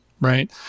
Right